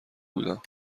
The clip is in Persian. بودم